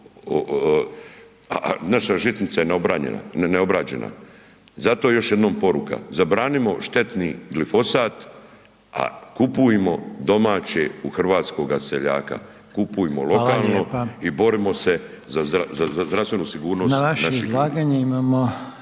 a naša žitnica je neobranjena, neobrađena. Zato još jednom poruka, zabranimo štetni glifosat, a kupujmo domaće u hrvatskoga seljaka, kupajmo lokalno i borimo se za zdravstvenu sigurnost naših